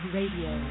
Radio